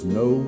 no